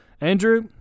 Andrew